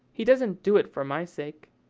he doesn't do it for my sake.